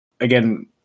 again